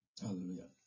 Hallelujah